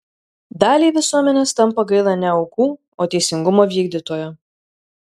daliai visuomenės tampa gaila ne aukų o teisingumo vykdytojo